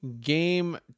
Game